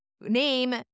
name